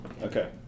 Okay